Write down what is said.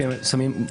למה?